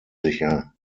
sicher